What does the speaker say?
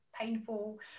painful